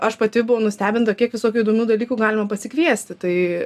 aš pati buvau nustebinta kiek visokių įdomių dalykų galima pasikviesti tai